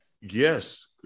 Yes